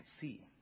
see